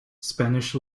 spanish